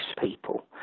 people